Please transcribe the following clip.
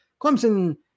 Clemson